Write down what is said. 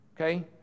Okay